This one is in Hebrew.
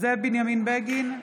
זאב בנימין בגין,